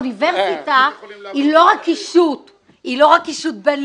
אוניברסיטה היא לא רק קישוט בינלאומי,